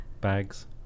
Bags